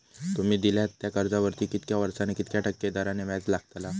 तुमि दिल्यात त्या कर्जावरती कितक्या वर्सानी कितक्या टक्के दराने व्याज लागतला?